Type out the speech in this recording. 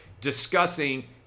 discussing